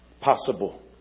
possible